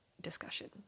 discussion